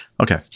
Okay